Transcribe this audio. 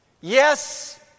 Yes